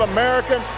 American